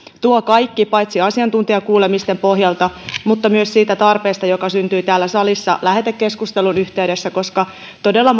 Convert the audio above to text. tuo kaikki paitsi asiantuntijakuulemisten pohjalta myös siitä tarpeesta joka syntyi täällä salissa lähetekeskustelun yhteydessä koska todella